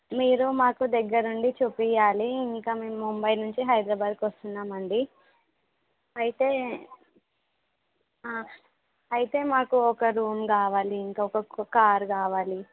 మీరు మాకు దగ్గరుండి చూపించాలి ఇంకా మేము ముంబై నుంచి హైద్రాబాద్కొస్తున్నామండి అయితే అయితే మాకు ఒక రూమ్ కావాలి ఇంకొక కార్ కావాలి